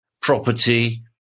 property